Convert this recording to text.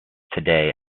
today